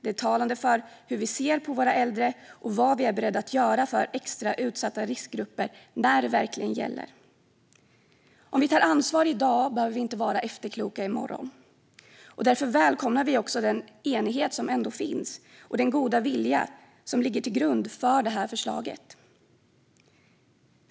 Det är talande för hur vi ser på våra äldre och vad vi är beredda att göra för extra utsatta riskgrupper när det verkligen gäller. Om vi tar ansvar i dag behöver vi inte vara efterkloka i morgon. Därför välkomnar vi den enighet som ändå finns och den goda vilja som ligger till grund för förslaget.